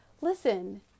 Listen